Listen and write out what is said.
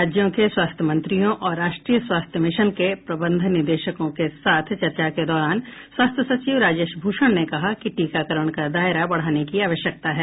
राज्यों के स्वास्थ्य मंत्रियों और राष्ट्रीय स्वास्थ्य मिशन के प्रबंध निदेशकों के साथ चर्चा के दौरान स्वास्थ्य सचिव राजेश भूषण ने कहा कि टीकाकरण का दायरा बढ़ाने की आवश्यकता है